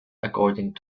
according